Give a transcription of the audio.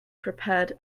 prepared